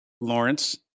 Lawrence